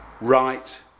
right